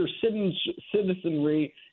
citizenry